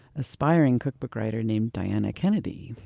aspiring cookbook writer named diana kennedy.